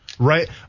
Right